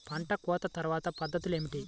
పంట కోత తర్వాత పద్ధతులు ఏమిటి?